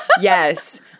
Yes